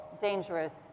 dangerous